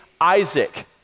Isaac